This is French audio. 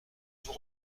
vous